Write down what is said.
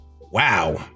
Wow